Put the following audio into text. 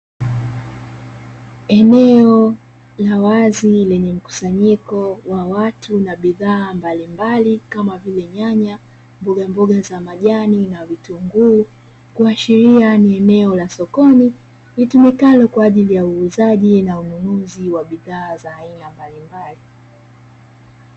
Eneo la wazi lenye mkusanyiko wa watu na bidhaa mbalimbali kama vile nyanya mboga za majani na vitunguu kuashiria ni eneo la sokoni litumikalo Kwa ajili ya uuzaji na ununuzi wa bidhaa za aina mbalimbali.